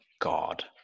God